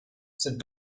cette